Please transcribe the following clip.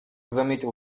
заметил